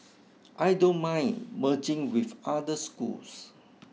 I don't mind merging with other schools